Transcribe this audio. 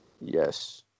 Yes